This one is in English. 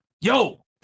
yo